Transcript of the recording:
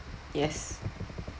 yes